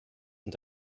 und